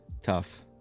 tough